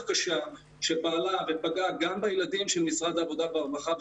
קשה שפגעה גם בילדים משרד העבודה והרווחה,